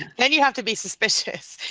then you have to be suspicious.